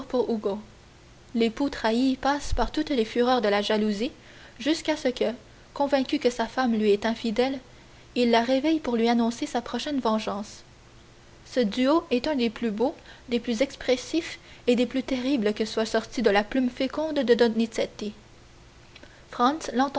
ugo l'époux trahi passe par toutes les fureurs de la jalousie jusqu'à ce que convaincu que sa femme lui est infidèle il la réveille pour lui annoncer sa prochaine vengeance ce duo est un des plus beaux des plus expressifs et des plus terribles qui soient sortis de la plume féconde de donizetti